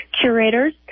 curators